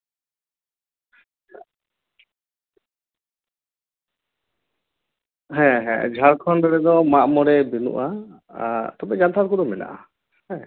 ᱦᱮᱸ ᱦᱮᱸ ᱡᱷᱟᱲᱠᱷᱚᱸᱰ ᱨᱮᱫᱚ ᱢᱟᱜ ᱢᱚᱬᱮ ᱦᱩᱭᱩᱜᱼᱟ ᱟᱨ ᱛᱚᱵᱮ ᱡᱟᱱᱛᱷᱟᱲ ᱠᱚᱫᱚ ᱢᱮᱱᱟᱜᱼᱟ ᱦᱮᱸ